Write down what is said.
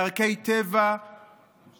בערכי טבע ובנוף.